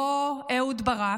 לא אהוד ברק,